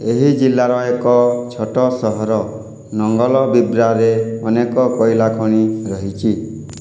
ଏହି ଜିଲ୍ଲାର ଏକ ଛୋଟ ସହର ନୋଙ୍ଗଲବିବ୍ରାରେ ଅନେକ କୋଇଲା ଖଣି ରହିଛି